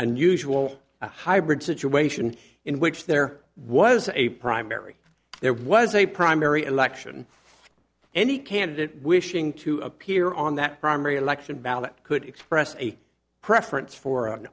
unusual a hybrid situation in which there was a primary there was a primary election any candidate wishing to appear on that primary election ballot could express a preference for